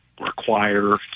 require